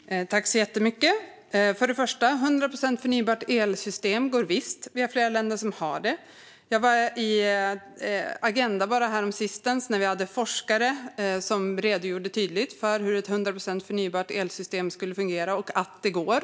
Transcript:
Herr talman! Tack så jättemycket! Först och främst går det visst att ha ett 100 procent förnybart elsystem. Det är flera länder som har det. Jag var häromsistens i Agenda . Där hade vi forskare som redogjorde tydligt för hur ett 100 procent förnybart elsystem skulle fungera och att det går.